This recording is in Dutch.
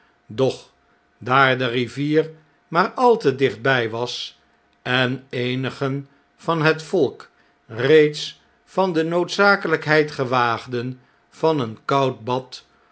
doch daar de rivier maar al te dichtbjj was en eenigen van het volk reeds van de noodzakelflkheid gewaagden van een koud bad